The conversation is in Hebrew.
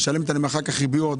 משלמת עליהן אחר כך ריביות,